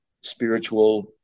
spiritual